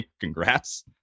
congrats